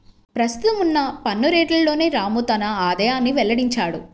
ప్రస్తుతం ఉన్న పన్ను రేట్లలోనే రాము తన ఆదాయాన్ని వెల్లడించాడు